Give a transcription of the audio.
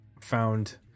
found